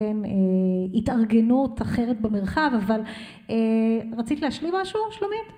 כן, התארגנות אחרת במרחב, אבל רצית להשלים משהו שלומית?